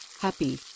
happy